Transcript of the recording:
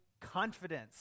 confidence